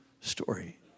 story